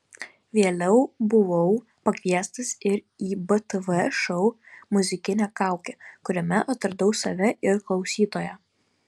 vėliau buvau pakviestas ir į btv šou muzikinė kaukė kuriame atradau save ir klausytoją